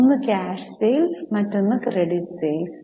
ഒന്ന് cash sales മറ്റൊന്ന് credit sales